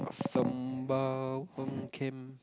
Sembawang camp